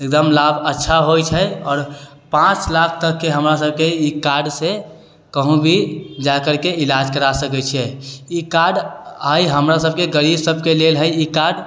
एकदम लाभ अच्छा होइ छै आओर पाँच लाख तकके हमरा सबके ई कार्डसँ कहूँ भी जाकरके इलाज करा सकै छिए ई कार्ड आइ हमरा सबके गरीब सबके लेल हइ ई कार्ड